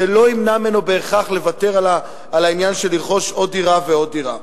לא ימנע ממנו בהכרח לוותר רכישת עוד דירה ועוד דירה.